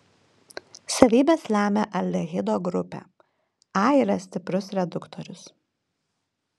savybes lemia aldehido grupė a yra stiprus reduktorius